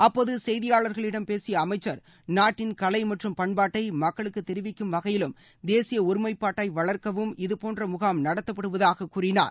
அப்போது செய்தியாளர்களிடம் பேசிய அமைச்சர் நாட்டின் கலை மற்றும் பண்பாட்டை மக்களுக்குத் தெரிவிக்கும் வகையிலும் தேசிய ஒருமைப்பாட்டை வளர்க்கவும் இதுபோன்ற முகாம் நடத்தப்படுவதாகக் கூறினார்